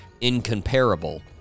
incomparable